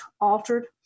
altered